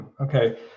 Okay